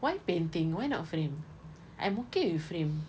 why painting why not frame I'm okay with frame